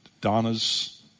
Donna's